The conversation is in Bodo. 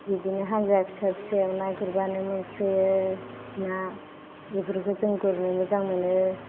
बिदिनो हाग्रा फिसा फिसायाव ना गुरबानो मोनसोयो ना बिफोरखौ जों गुरनो मोजां मोनो